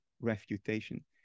refutation